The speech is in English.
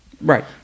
right